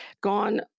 gone